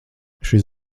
šis